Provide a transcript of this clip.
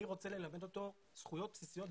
אני רוצה ללמד אותו זכויות בסיסיות,